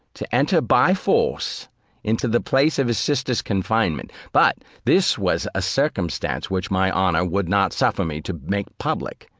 to enter by force into the place of his sister's confinement but this was a circumstance which my honour would not suffer me to make public.